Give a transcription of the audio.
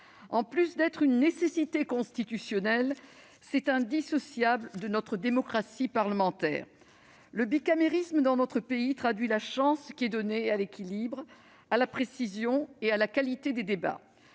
En plus d'être une nécessité constitutionnelle, c'est indissociable de notre démocratie parlementaire. Dans notre pays, le bicamérisme traduit la chance qui est donnée à l'équilibre, à la précision et à la qualité des débats.